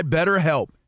BetterHelp